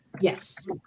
Yes